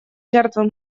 жертвы